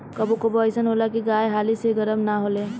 कबो कबो अइसन होला की गाय हाली से गरम ना होले